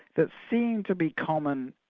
that seem to be common,